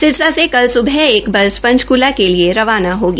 सिरसा के कल स्बह एक बस पंचकुला के लिए रवाना होगी